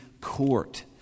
court